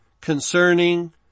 concerning